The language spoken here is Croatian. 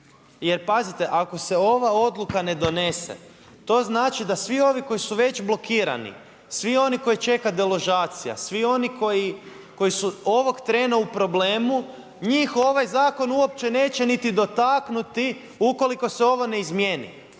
jer pazite ako se ova odluka ne donese, to znači, da svi ovi koji su već blokirani, svi oni kojih čeka deložacija, svi oni koji su ovog trena u problemu, njih ovaj zakon uopće neće niti dotaknuti, ukoliko se ovo ne izmjeni.